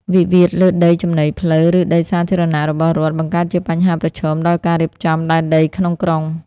វិវាទលើដីចំណីផ្លូវ ឬដីសាធារណៈរបស់រដ្ឋ បង្កើតជាបញ្ហាប្រឈមដល់ការរៀបចំដែនដីក្នុងក្រុង។